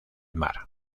mar